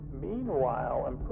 meanwhile